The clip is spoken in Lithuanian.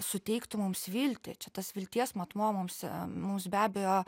suteiktų mums viltį čia tas vilties matmuo mums mums be abejo